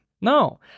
No